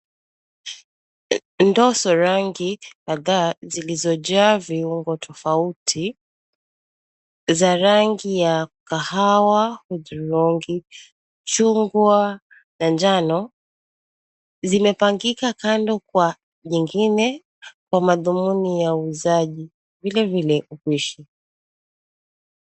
Ndoo za rangi kadhaa zilizojaa viungo tofauti za rangi ya kahawa, hudhurungi, chungwa na njano zimepangika kando kwa nyingine kwa madhumuni ya uuzaji vilevile upishi.